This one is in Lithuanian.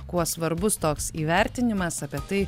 kuo svarbus toks įvertinimas apie tai